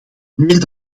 meer